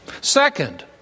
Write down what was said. Second